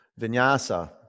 Vinyasa